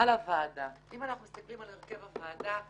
אם אנחנו מסתכלים על הרכב הוועדה,